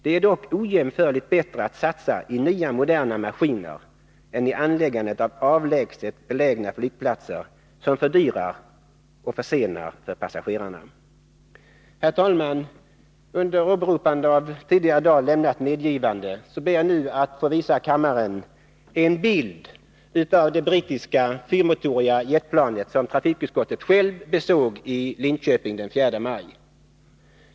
Det är dock ojämförligt bättre att satsa i nya moderna maskiner än i anläggandet av avlägset belägna flygplatser, som fördyrar och försenar resan för passagerarna. Herr talman! Under åberopande av tidigare i dag lämnat medgivande ber jag nu att få visa kammaren en bild av det brittiska fyrmotoriga jetplan som trafikutskottet självt såg i Linköping den 4 maj.